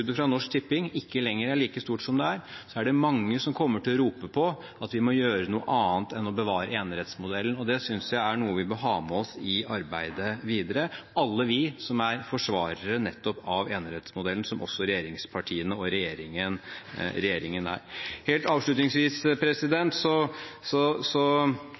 fra Norsk Tipping ikke lenger er like stort, er det mange som kommer til å rope på at vi må gjøre noe annet enn å bevare enerettsmodellen. Det synes jeg er noe vi bør ha med oss i arbeidet videre, alle vi som er forsvarere av nettopp enerettsmodellen, som regjeringspartiene – og regjeringen – er. Helt avslutningsvis: